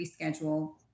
reschedule